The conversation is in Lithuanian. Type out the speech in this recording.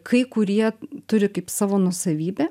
kai kurie turi kaip savo nuosavybę